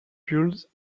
built